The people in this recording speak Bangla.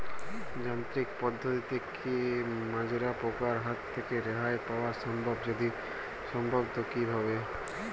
যান্ত্রিক পদ্ধতিতে কী মাজরা পোকার হাত থেকে রেহাই পাওয়া সম্ভব যদি সম্ভব তো কী ভাবে?